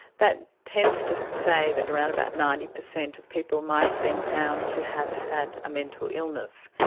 that tends to say that around about ninety percent of people might have been found to have had a mental illness.